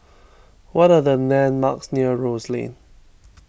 what are the landmarks near Rose Lane